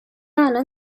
الان